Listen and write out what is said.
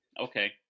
okay